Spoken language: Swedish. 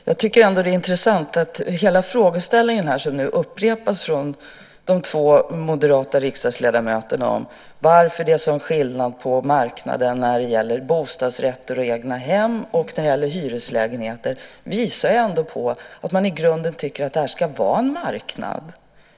Fru talman! Det är intressant att hela den frågeställning som nu upprepas av de två moderata riksdagsledamöterna, varför det är en sådan skillnad på marknaden när det gäller bostadsrätter och egnahem och när det gäller hyreslägenheter, visar att man i grunden tycker att det här ska vara en marknad.